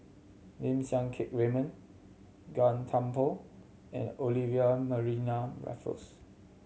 Lim Siang Keat Raymond Gan Thiam Poh and Olivia Mariamne Raffles